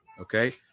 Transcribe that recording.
okay